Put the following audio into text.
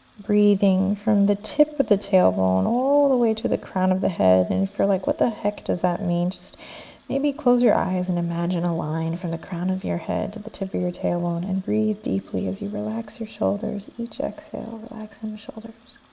breathing from the tip of the tailbone, all the way to the crown of the head. and if you're like, what the heck does that mean, just maybe close your eyes and imagine a line from the crown of your head to the tip of your tailbone, and then breathe deeply as you relax your shoulders, each exhale relaxing the shoulders.